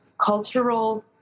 cultural